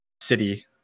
city